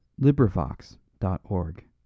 LibriVox.org